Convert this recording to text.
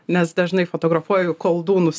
nes dažnai fotografuoju koldūnus